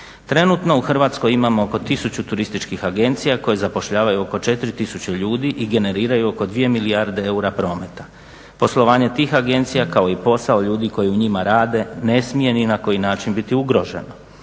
Trenutno u Hrvatskoj imamo oko tisuću turističkih agencija koji zapošljavaju oko 4 tisuće ljude i generiraju oko dvije milijarde eura prometa. Poslovanje tih agencija kao i posao ljudi koji u njima rade ne smije ni na koji način biti ugroženo.